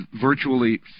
virtually